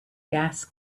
gas